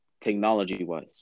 technology-wise